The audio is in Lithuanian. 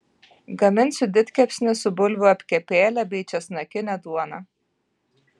gaminsiu didkepsnį su bulvių apkepėle bei česnakine duona